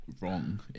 wrong